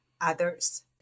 others